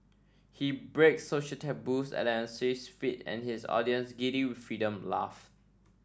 he breaks social taboos at an unsafe speed and his audience giddy with freedom laugh